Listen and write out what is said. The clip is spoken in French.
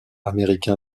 américain